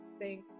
thank